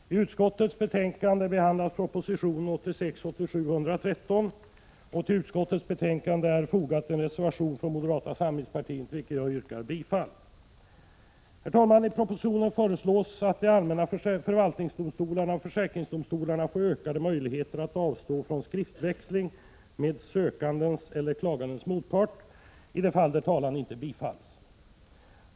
Herr talman! I utskottets betänkande behandlas proposition 1986/87:113. Till utskottets betänkande är fogad en reservation från moderata samlingspartiet, till vilken jag yrkar bifall. Herr talman! I propositionen föreslås att de allmänna förvaltningsdomstolarna och försäkringsdomstolarna får ökade möjligheter att avstå från skriftväxling med sökandens eller klagandens motpart i de fall där talan inte bifalls.